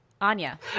Anya